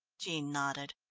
jean nodded.